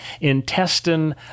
intestine